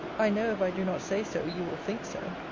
i know, if i do not say so, you will think so.